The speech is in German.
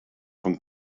von